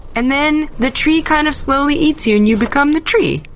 and then the tree kind of slowly eats you, and you become the tree!